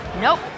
Nope